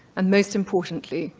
and most importantly,